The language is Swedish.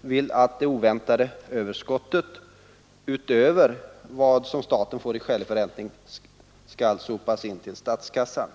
vill att det oväntade överskottet, utöver vad staten får i skälig förräntning, skall sopas in till statskassan.